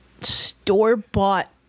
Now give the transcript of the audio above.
store-bought